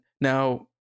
now